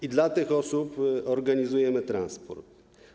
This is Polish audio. I dla tych osób organizujemy transport.